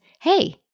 hey